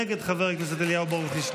נגד חבר הכנסת אליהו ברוכי,